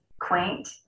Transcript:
quaint